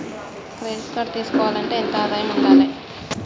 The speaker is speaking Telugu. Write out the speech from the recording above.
క్రెడిట్ కార్డు తీసుకోవాలంటే ఎంత ఆదాయం ఉండాలే?